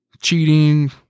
cheating